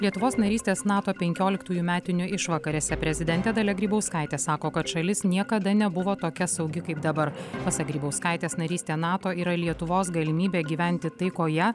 lietuvos narystės nato penkioliktųjų metinių išvakarėse prezidentė dalia grybauskaitė sako kad šalis niekada nebuvo tokia saugi kaip dabar pasak grybauskaitės narystė nato yra lietuvos galimybė gyventi taikoje